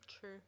True